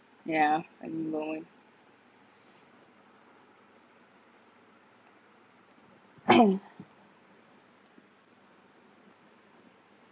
yeah funny moment